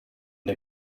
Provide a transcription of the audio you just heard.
der